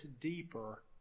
deeper